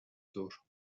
ظهر